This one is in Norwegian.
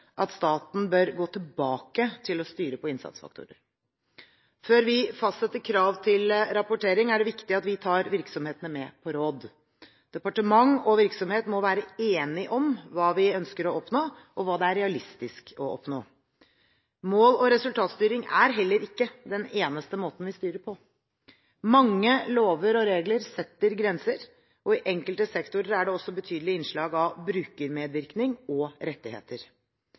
at staten bør gå tilbake til å styre på innsatsfaktorer. Før vi fastsetter krav til rapportering, er det viktig at vi tar virksomhetene med på råd. Departement og virksomhet må være enige om hva vi ønsker å oppnå, og hva det er realistisk å oppnå. Mål- og resultatstyring er heller ikke den eneste måten vi styrer på. Mange lover og regler setter grenser, og i enkelte sektorer er det også betydelig innslag av brukermedvirkning og rettigheter.